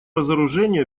разоружению